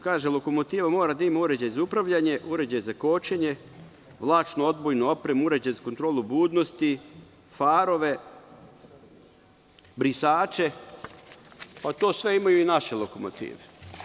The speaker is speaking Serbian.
Kaže – lokomotiva mora da ima uređaj za upravljanje, uređaj za kočenje, vlačnu odbojnu opremu, uređaj za kontrolu budnosti, farove, brisače, pa to sve imaju i naše lokomotive.